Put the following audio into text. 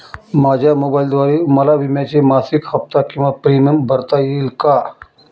माझ्या मोबाईलद्वारे मला विम्याचा मासिक हफ्ता किंवा प्रीमियम भरता येईल का?